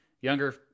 younger